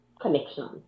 connection